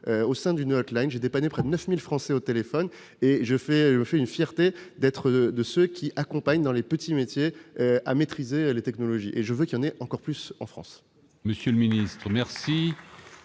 au sein d'une : j'ai dépanné près de 9 000 Français au téléphone et je me fais une fierté d'avoir été de ceux qui accompagnent nos concitoyens à maîtriser les technologies. Je veux qu'il y en ait encore plus en France.